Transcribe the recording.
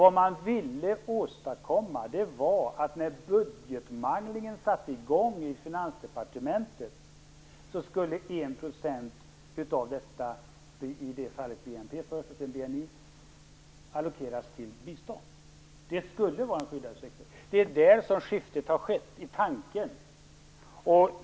Det man ville åstadkomma var att när budgetmanglingen satte i gång i Finansdepartementet skulle 1 %- i det fallet av BNP, senare av BNI - allokeras till bistånd. Det skulle vara en skyddad sektor. Det är där som skiftet har skett: i tanken.